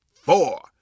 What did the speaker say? four